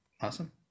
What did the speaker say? Awesome